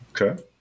Okay